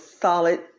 solid